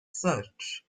such